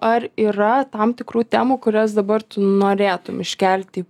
ar yra tam tikrų temų kurias dabar tu norėtum iškelti